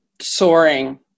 soaring